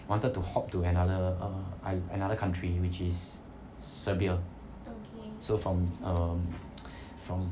wanted to hop to another err i~ another country which is serbia so from um from